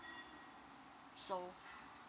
so